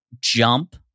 jump